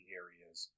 areas